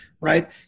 right